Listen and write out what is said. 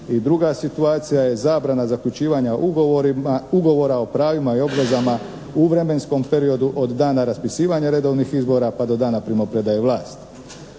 druga situacija je zabrana zaključivanja ugovora o pravima i obvezama u vremenskom periodu od dana raspisivanja redovnih izbora pa do dana primopredaje vlasti.